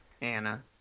Anna